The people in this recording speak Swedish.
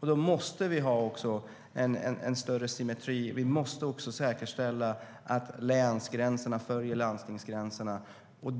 Då måste vi också ha en större symmetri, och vi måste säkerställa att länsgränserna följer landstingsgränserna.